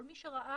כל מי שראה,